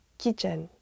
kitchen